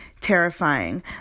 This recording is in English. terrifying